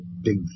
big